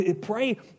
Pray